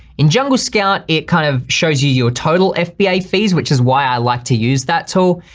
in jungle scout, it kind of shows you your total fba fees which is why i like to use that so